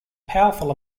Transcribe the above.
powerful